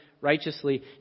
righteously